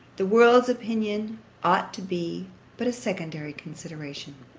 the world's opinion ought to be but a secondary consideration.